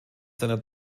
seiner